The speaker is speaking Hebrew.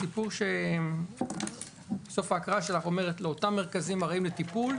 הסיפור של סוף ההקראה שלך אומר שלאותם מרכזים ארעיים לטיפול,